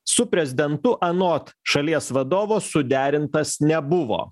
su prezidentu anot šalies vadovo suderintas nebuvo